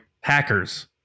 hackers